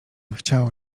chciał